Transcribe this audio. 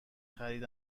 خرید